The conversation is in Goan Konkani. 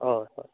ओह